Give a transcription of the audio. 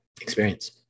experience